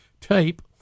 tape